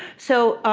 so